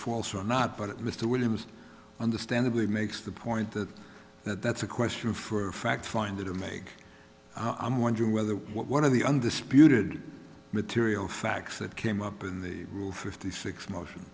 false or not but it mr williams understandably makes the point that that that's a question for fact finder to make i'm wondering whether one of the undisputed material facts that came up in the new fifty six motion